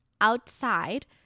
Outside